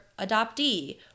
adoptee